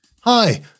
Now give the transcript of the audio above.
Hi